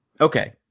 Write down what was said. okay